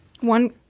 one